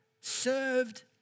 served